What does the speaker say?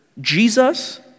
Jesus